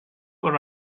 what